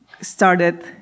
started